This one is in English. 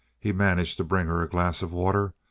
he managed to bring her a glass of water,